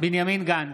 בנימין גנץ,